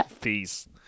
Peace